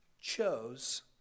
chose